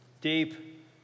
Deep